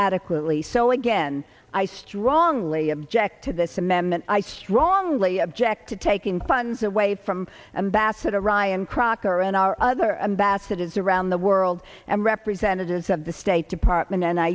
adequately so again i strongly object to this amendment i strongly object to taking funds away from ambassador ryan crocker and our other ambassadors around the world and representatives at the state department and i